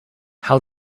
how